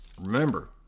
Remember